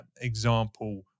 example